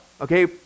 okay